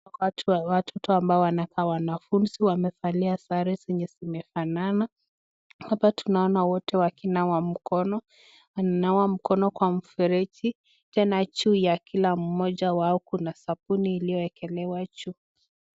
Hapa tunaona wanafunzi wamevalia sare zenye zinafanana, hapa tunaona wote wakinawa mkono, wananawa mkono kwa mfereji, tena juu ya kila mmoja wao kuna iliyo ekelewa juu.